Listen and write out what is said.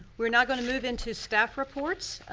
we're now going to move into staff reports.